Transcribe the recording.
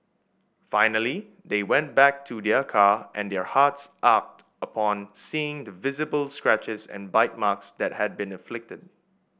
finally they went back to their car and their hearts ached upon seeing the visible scratches and bite marks that had been inflicted